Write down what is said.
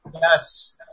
Yes